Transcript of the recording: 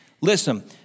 Listen